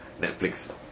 Netflix